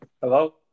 Hello